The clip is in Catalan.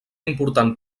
important